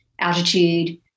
altitude